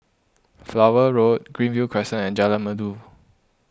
Flower Road Greenview Crescent and Jalan Merdu